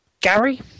Gary